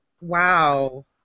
Wow